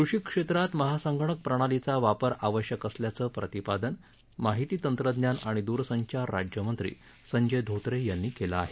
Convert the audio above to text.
कृषी क्षेत्रात महासंगणक प्रणालीचा वापर आवश्यक असल्याचं प्रतिपादन माहिती तंत्रज्ञान आणि दूरसंचार राज्यमंत्री संजय धोत्रे यांनी केलं आहे